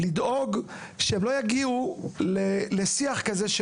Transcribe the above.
לדאוג לכך שהם לא יגיעו לשיח כזה,